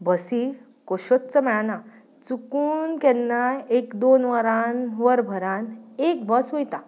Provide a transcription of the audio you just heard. बसी कश्योच मेळना चुकून केन्नाय एक दोन वरान वरभरान एक बस वयता